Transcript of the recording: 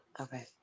Okay